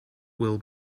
will